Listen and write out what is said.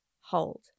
hold